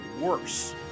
worse